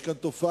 יש כאן תופעה.